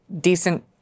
decent